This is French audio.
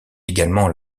également